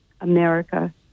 America